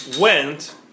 went